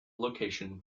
location